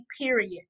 period